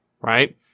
right